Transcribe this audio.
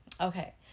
Okay